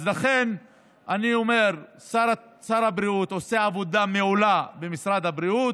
לכן אני אומר: שר הבריאות עושה עבודה מעולה במשרד הבריאות,